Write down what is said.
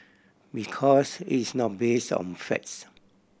because it's not base on facts